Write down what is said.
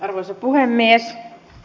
arvoisa puhemies